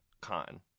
Con